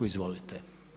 Izvolite.